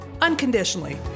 unconditionally